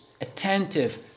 attentive